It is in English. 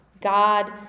God